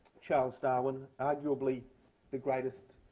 charles darwin, arguably the greatest